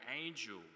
angel